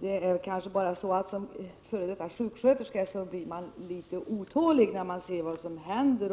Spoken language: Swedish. Det kanske bara är så att man som f. d. sjuksköterska blir otålig, när man ser vad som händer.